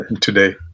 today